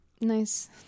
Nice